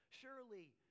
Surely